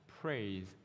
praise